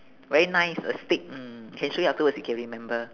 very nice a stick mm can show you afterwards you can remember